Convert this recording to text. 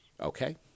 Okay